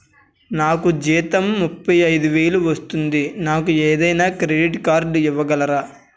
నాకు జీతం ముప్పై ఐదు వేలు వస్తుంది నాకు ఏదైనా క్రెడిట్ కార్డ్ ఇవ్వగలరా?